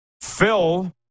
Phil